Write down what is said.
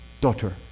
daughter